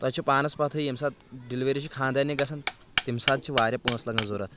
تۄہہِ چھِ پانَس پَتھٕے ییٚمہِ ساتہٕ ڈیلؤری چھِ خانٛدارنہِ گژھن تمہِ ساتہٕ چھِ واریاہ پونٛسہٕ لَگن ضوٚرَتھ